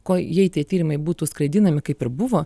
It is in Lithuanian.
ko jei tie tyrimai būtų skraidinami kaip ir buvo